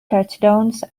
touchdowns